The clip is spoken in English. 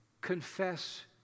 confess